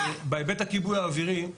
בהיבט הכיבוי האווירי,